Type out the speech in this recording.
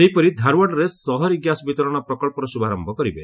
ସେହିପରି ଧାର୍ୱାଡ଼୍ରେ ସହରୀ ଗ୍ୟାସ୍ ବିତରଣ ପ୍ରକଳ୍ପର ଶୁଭାରମ୍ଭ କରିବେ